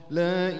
la